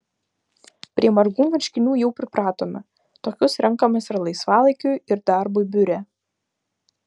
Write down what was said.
prie margų marškinių jau pripratome tokius renkamės ir laisvalaikiui ir darbui biure